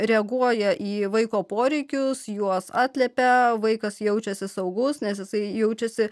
reaguoja į vaiko poreikius juos atliepia vaikas jaučiasi saugus nes jisai jaučiasi